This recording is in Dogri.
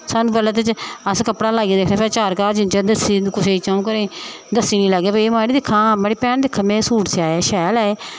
सानूं पैह्लें ते अस कपड़ा लाइयै ते चार घर जिन्ने चिर दस्सियै कुसै च'ऊं घरें गी दस्सी निं लैगे भाई एह् मड़ा दिक्खां मड़ी भैन दिक्ख में सूट सेआया शैल ऐ एह्